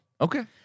Okay